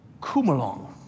Kumalong